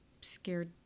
scared